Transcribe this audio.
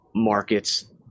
markets